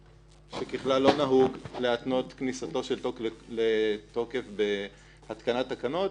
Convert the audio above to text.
זה כמעט כמו לבחור רמטכ"ל או